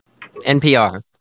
NPR